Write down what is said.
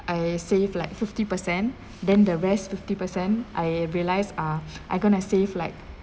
I save like fifty percent then the rest fifty percent I realised ah I going to save like